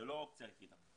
זאת לא האופציה היחידה.